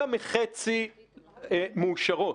מחצי מאושרות.